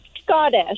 Scottish